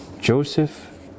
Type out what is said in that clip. Joseph